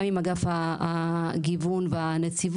גם עם אגף הגיוון בנציבות,